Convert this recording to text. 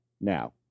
now